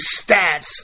stats